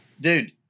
dude